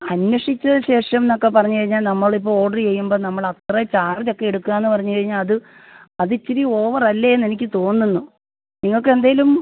അന്വേഷിച്ച ശേഷം എന്നൊക്കെ പറഞ്ഞു കഴിഞ്ഞാൽ നമ്മൾ ഇപ്പോൾ ഓഡർ ചെയ്യുമ്പോൾ നമ്മൾ അത്ര ചാർജൊക്കെ എടുക്കാമെന്ന് പറഞ്ഞു കഴിഞ്ഞാൽ അത് അത് ഇച്ചിരി ഓവറല്ലേ എന്നെനിക്ക് തോന്നുന്നു നിങ്ങൾക്ക് എന്തെങ്കിലും